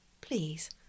please